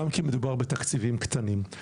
גם כי מדובר בתקציבים קטנים,